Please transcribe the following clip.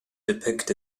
depict